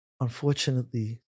Unfortunately